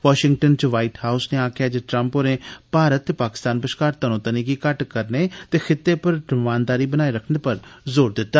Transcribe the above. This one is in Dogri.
वाशिंगटन इच वाईट हाउस नै आक्खेया जे ट्रंप होरें भारत ते पाकिस्तान बश्कार तनोतन्नी गी घटट करने ते खित्ते पर रमानदारी बनाई रखने पर जोर दिता